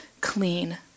clean